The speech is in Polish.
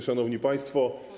Szanowni Państwo!